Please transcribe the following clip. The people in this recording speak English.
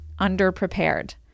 underprepared